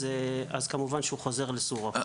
אז כמובן שהוא חוזר לסורו.